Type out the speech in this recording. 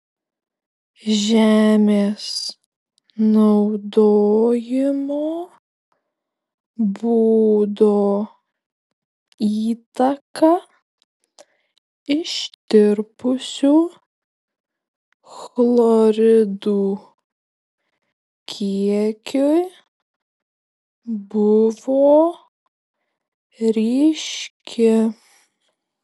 žemės naudojimo būdo įtaka ištirpusių chloridų kiekiui buvo ryški